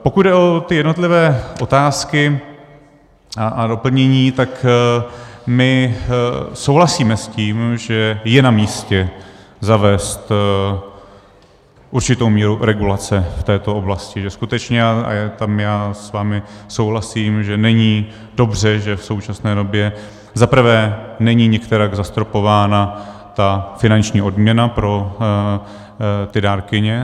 Pokud jde o ty jednotlivé otázky a doplnění, tak my souhlasíme s tím, že je namístě zavést určitou míru regulace v této oblasti, že skutečně, a tam já s vámi souhlasím, že není dobře, že v současné době za prvé není nikterak zastropována ta finanční odměna pro ty dárkyně.